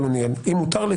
אבל הוא ניהל: אם מותר לי,